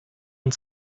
and